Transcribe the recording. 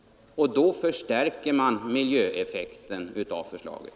Och då förstärker man miljöeffekten av förslaget.